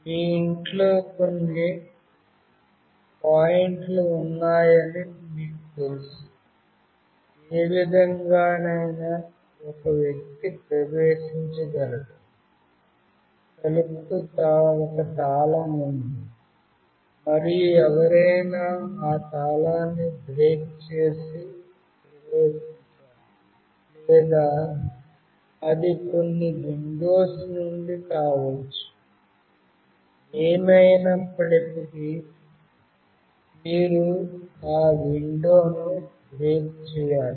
మీ ఇంట్లోకొన్ని పాయింట్లు ఉన్నాయని మీకు తెలుసు ఏ విధంగానైనా ఒక వ్యక్తి ప్రవేశించగలడు తలుపుకు ఒక తాళం ఉంది మరియు ఎవరైనా ఆ తాళాన్ని బ్రేక్ చేసి ప్రవేశించాలి లేదా అది కొన్ని విండోస్ నుండి కావచ్చు ఏమైనప్పటికీ మీరు ఆ విండోను బ్రేక్ చేయాలి